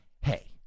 hey